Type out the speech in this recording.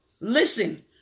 Listen